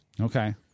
Okay